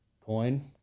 coin